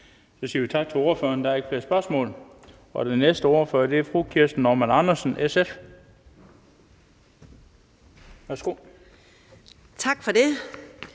Så siger vi tak til ordføreren. Der er ikke flere spørgsmål. Den næste ordfører er fru Kirsten Normann Andersen, SF. Kl. 12:14